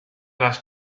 las